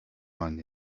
man